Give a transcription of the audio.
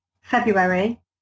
February